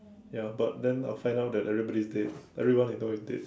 ya but then I'll find out that everybody is dead everyone I know is dead